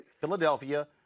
Philadelphia